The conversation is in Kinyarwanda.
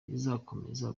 izakomeza